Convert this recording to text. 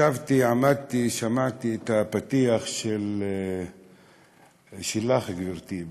ישבתי, עמדתי, שמעתי את הפתיח שלך, גברתי,